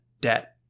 debt